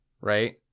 right